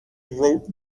wrote